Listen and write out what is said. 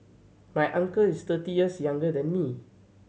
my uncle is thirty years younger than me